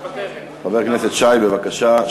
חבר הכנסת שי, בבקשה.